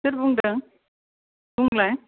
सोर बुंदों बुंलाय